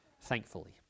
thankfully